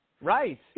Right